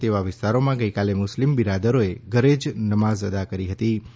તેવા વિસ્તારોમાં ગઈકાલે મુસ્લિમ બિરાદરોએ ઘરે જ નમાઝ અદા કરી હતીં